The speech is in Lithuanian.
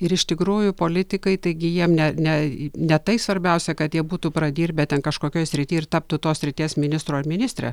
ir iš tikrųjų politikai taigi jiem ne ne ne tai svarbiausia kad jie būtų pradirbę ten kažkokioj srity ir taptų tos srities ministru ar ministre